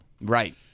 Right